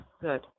good